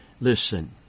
Listen